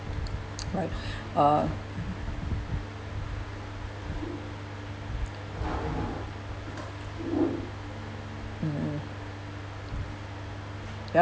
right uh uh